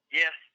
yes